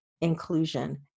inclusion